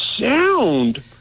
sound